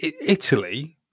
Italy